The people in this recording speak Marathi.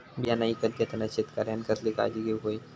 बियाणा ईकत घेताना शेतकऱ्यानं कसली काळजी घेऊक होई?